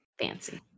fancy